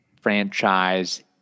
franchise